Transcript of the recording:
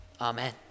Amen